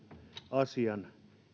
asian